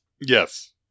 Yes